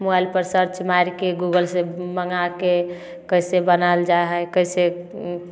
mobile पर search मारिके Google से मङाके कैसे बनायल जाइ हइ कैसे